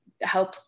help